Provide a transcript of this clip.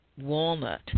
walnut